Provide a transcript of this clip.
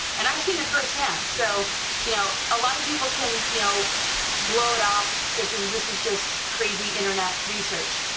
and i've seen it first hand, so you know a lot of people can you know blow it off thinking this is just crazy internet research,